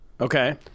Okay